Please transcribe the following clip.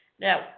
Now